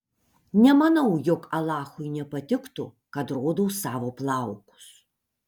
nemanau jog alachui nepatiktų kad rodau savo plaukus